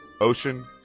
ocean